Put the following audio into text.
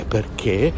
Perché